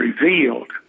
revealed